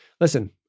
Listen